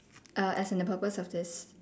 uh as in the purpose of this